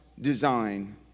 design